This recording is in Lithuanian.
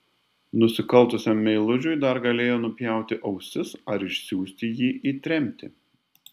nusikaltusiam meilužiui dar galėjo nupjauti ausis ar išsiųsti jį į tremtį